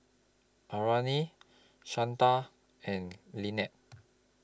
Arlena Shanta and